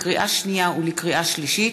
לקריאה שנייה ולקריאה שלישית: